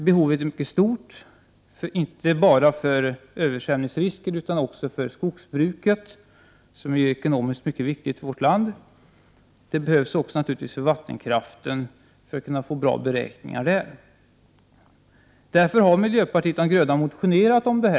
Behovet är mycket stort, inte bara på grund av översvämningsrisken utan också för skogsbruket, som ju är ekonomiskt mycket viktigt för vårt land, och naturligtvis även för att kunna åstadkomma bättre beräkningar när det gäller vattenkraften. Därför har miljöpartiet motionerat i frågan.